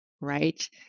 right